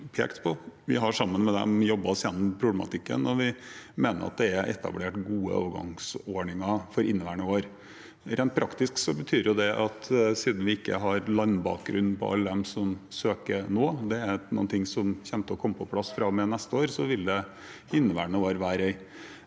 Vi har sammen med dem jobbet oss igjennom problematikken, og vi mener at det er etablert gode overgangsordninger for inneværende år. Rent praktisk betyr det at siden vi ikke har landbakgrunn på alle som søker nå – det er noe som vil komme på plass fra og med neste år – vil det i inneværende år være en